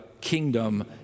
kingdom